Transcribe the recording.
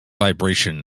vibration